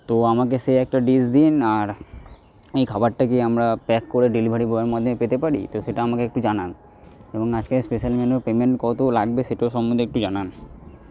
তো আমাকে সেই একটা ডিশ দিন আর এই খাবারটা কি আমরা প্যাক করে ডেলিভারি বয়ের মাধ্যমে পেতে পারি তো সেটা আমাকে একটু জানান এবং আজকের স্পেশাল মেনু পেমেন্ট কত লাগবে সেটাও সম্বন্ধে একটু জানান